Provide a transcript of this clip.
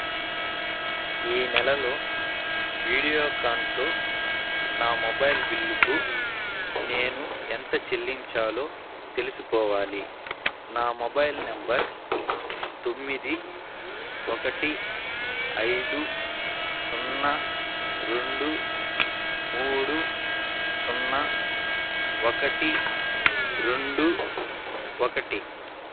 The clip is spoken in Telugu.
ఈ నెలలో వీడియోకాన్తో నా మొబైల్ బిల్లుకు నేను ఎంత చెల్లించాలో తెలుసుకోవాలి నా మొబైల్ నెంబర్ తొమ్మిది ఒకటి ఐదు సున్నా రెండు మూడు సున్నా ఒకటి రెండు ఒకటి